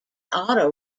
auto